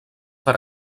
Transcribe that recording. per